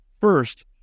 first